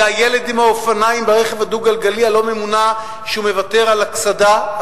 זה הילד עם האופניים ברכב הדו-גלגלי הלא-ממונע שמוותר על הקסדה,